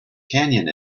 canyon